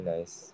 Nice